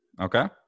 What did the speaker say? Okay